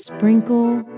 Sprinkle